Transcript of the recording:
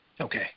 Okay